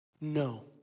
No